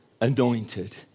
anointed